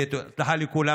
ובהצלחה לכולם.